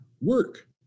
work